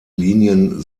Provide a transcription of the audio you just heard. linien